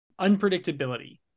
unpredictability